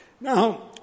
Now